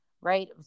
Right